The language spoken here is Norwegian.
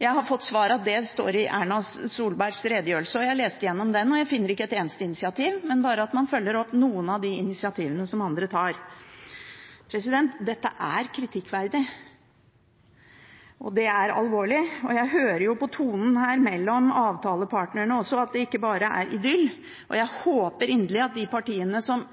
Jeg har fått til svar at det står i Erna Solbergs redegjørelse. Jeg har lest igjennom den, og jeg finner ikke et eneste initiativ, bare at man følger opp noen av de initiativene som andre tar. Dette er kritikkverdig, og det er alvorlig. Jeg hører jo på tonen her mellom avtalepartnerne også at det ikke bare er idyll, og jeg håper inderlig at for de partiene som